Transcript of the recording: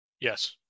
Yes